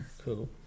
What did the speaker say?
cool